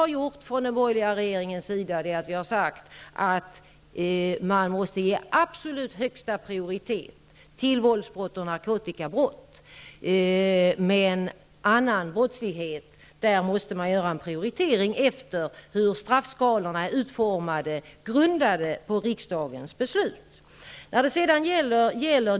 Från den borgerliga regeringen har vi sagt att man måste ge absolut högsta prioritet till våldsbrott och narkotikabrott. När det gäller annan brottslighet måste man göra en prioritering utifrån hur straffskalorna är utformade, grundade på riksdagens beslut.